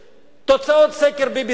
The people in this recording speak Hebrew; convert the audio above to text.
תוצאות סקר BBC: